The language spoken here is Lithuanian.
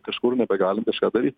kažkur nebegalim kažką daryt